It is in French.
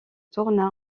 tourna